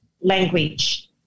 language